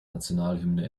nationalhymne